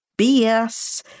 BS